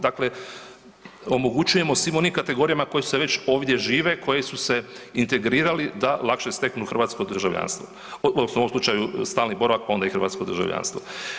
Dakle, omogućujemo svim onim kategorijama koje već ovdje žive, koje su se integrirali da lakše steknu hrvatsko državljanstvo odnosno u ovom slučaju stalni boravak, pa onda i hrvatsko državljanstvo.